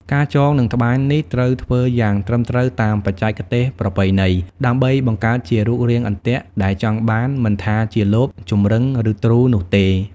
ការចងនិងត្បាញនេះត្រូវធ្វើយ៉ាងត្រឹមត្រូវតាមបច្ចេកទេសប្រពៃណី ដើម្បីបង្កើតជារូបរាងអន្ទាក់ដែលចង់បាន មិនថាជាលប ចម្រឹង ឬទ្រូនោះទេ។